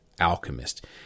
alchemist